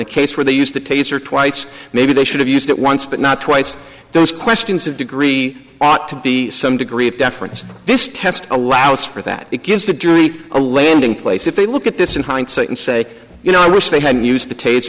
it case where they used the taser twice maybe they should have used it once but not twice those questions of degree ought to be some degree of deference this test allows for that it gives the jury a lending place if they look at this in hindsight and say you know i wish they hadn't used the tas